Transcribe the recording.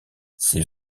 c’est